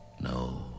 no